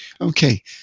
Okay